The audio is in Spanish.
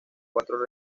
cuatro